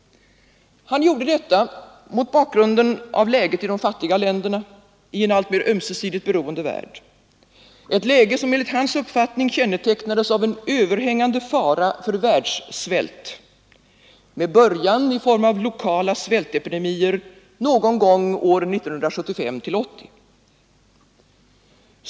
Han gjorde detta mot bakgrunden av läget i de fattiga länderna i en alltmer ömsesidigt beroende värld, ett läge som enligt hans uppfattning kännetecknades av en överhängande fara för världssvält, med början i form av lokala svältepidemier någon gång 1975—1980.